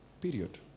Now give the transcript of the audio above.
Period